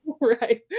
Right